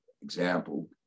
example